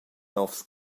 novs